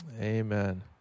Amen